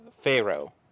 Pharaoh